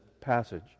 passage